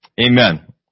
Amen